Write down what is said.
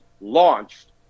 launched